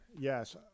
Yes